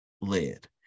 led